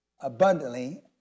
abundantly